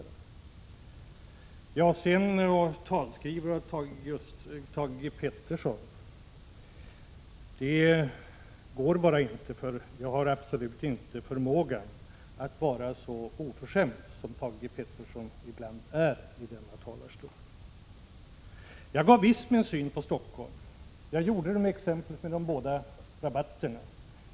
Att jag skulle vara talskrivare åt just Thage G. Peterson, det går bara inte. Jag har absolut inte förmågan att vara så oförskämd som Thage Peterson ibland är i denna talarstol. Jag gav visst min syn på Stockholm. Jag gjorde det med exemplet med de båda rabatterna.